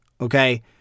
Okay